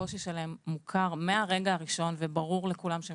הקושי שלהם מוכר מהרגע הראשון וברור לכולם שהם